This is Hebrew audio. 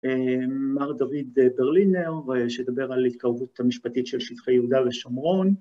מר דוד ברלינר, שדבר על התקרבות המשפטית של שטחי יהודה לשמרון